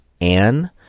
Anne